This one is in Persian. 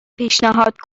پیشنهاد